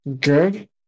good